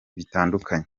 bitandukanye